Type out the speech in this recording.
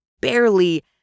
barely